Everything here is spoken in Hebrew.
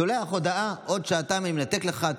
שולחים הודעה: עוד שעתיים אני מנתק לך,